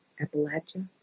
Appalachia